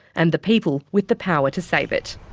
and the people with the power to save it.